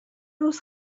روز